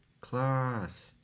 Class